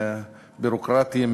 ביורוקרטיים,